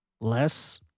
Less